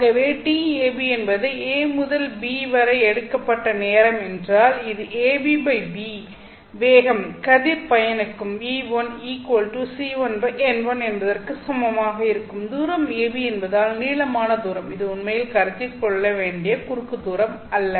ஆகவே tAB என்பதை A முதல் B வரை எடுக்கப்பட்ட நேரம் என்றால் இது AB v வேகம் கதிர் பயணிக்கும் v1 c1 n1 என்பதற்கு சமமாக இருக்கும் தூரம் AB என்பது நீளமான தூரம் இது உண்மையில் கருத்தில் கொள்ள வேண்டிய குறுக்கு தூரம் அல்ல